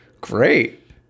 Great